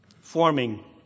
forming